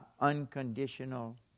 unconditional